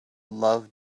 love